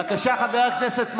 בבקשה, חבר הכנסת מקלב.